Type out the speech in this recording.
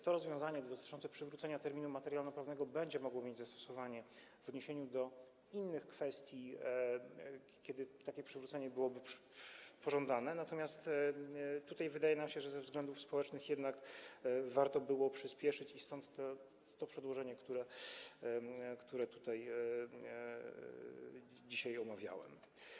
To rozwiązanie dotyczące przywrócenia terminu materialnoprawnego będzie mogło mieć zastosowanie w odniesieniu do innych kwestii, kiedy takie przywrócenie byłoby pożądane, natomiast tutaj wydaje nam się, że ze względów społecznych jednak warto byłoby przyspieszyć i stąd to przedłożenie, które tutaj dziś omawiałem.